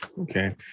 Okay